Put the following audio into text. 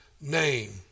name